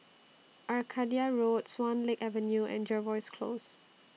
Arcadia Road Swan Lake Avenue and Jervois Close